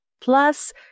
plus